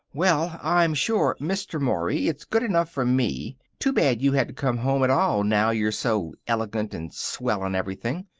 well, i'm sure, mr. mory, it's good enough for me. too bad you had to come home at all now you're so elegant and swell, and everything.